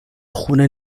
خونه